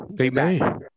Amen